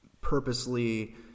purposely